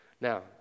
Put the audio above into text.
Now